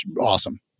awesome